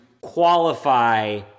qualify